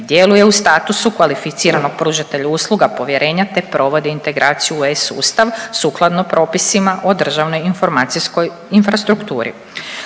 djeluje u statusu kvalificiranog pružatelja usluga povjerenja te provodi integraciju u e-sustav sukladno propisima o državnoj informacijskoj infrastrukturi.